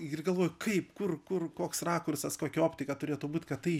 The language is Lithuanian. ir galvoju kaip kur kur koks rakursas kokia optika turėtų būt kad tai